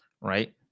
Right